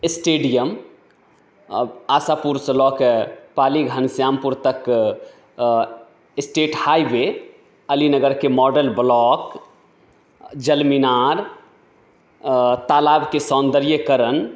stadium आशापुरसँ लऽ कऽ पाली घनश्यामपुर तक स्टेट हाइ वे अली नगरके मॉडल ब्लॉक जल मिनार तालाबके सौन्दर्यीकरण